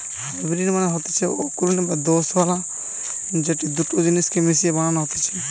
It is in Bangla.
হাইব্রিড মানে হতিছে অকুলীন বা দোআঁশলা যেটি দুটা জিনিস কে মিশিয়ে বানানো হতিছে